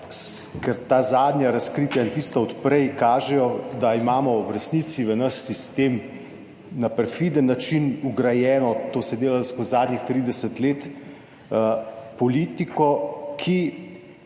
ker ta zadnja razkritja in tista od prej kažejo, da imamo v resnici v naš sistem na perfiden način vgrajeno, to se je delalo skozi zadnjih 30 let, politiko, ki